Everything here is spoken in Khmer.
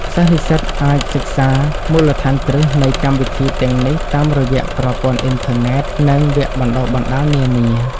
សិស្សនិស្សិតអាចសិក្សាមូលដ្ឋានគ្រឹះនៃកម្មវិធីទាំងនេះតាមរយៈប្រព័ន្ធអ៊ីនធឺណិត និង វគ្គបណ្ដុះបណ្ដាលនានា។